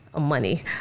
money